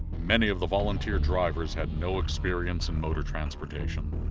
many of the volunteer drivers had no experience in motor transportation.